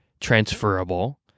transferable